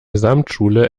gesamtschule